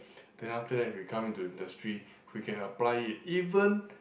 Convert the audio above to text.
then after that we come into industry we can apply it even